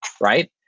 right